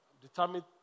Determined